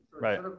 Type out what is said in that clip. right